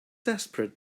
desperate